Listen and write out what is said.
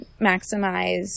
maximize